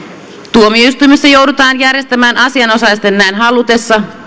tuomioistuimissa joudutaan järjestämään asianosaisten näin halutessa